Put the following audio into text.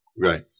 Right